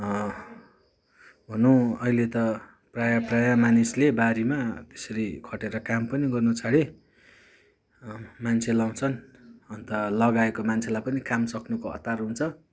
भनौँ अहिले त प्रायः प्रायः मानिसले बारीमा त्यसरी खटेर काम पनि गर्नु छाडे मान्छे लाउँछन् अन्त लगाएको मान्छेलाई पनि काम सक्नुको हतार हुन्छ